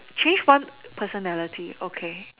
change one personality okay